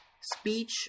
speech